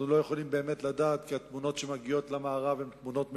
אנחנו לא יכולים באמת לדעת כי התמונות שמגיעות למערב הן תמונות מקוטעות.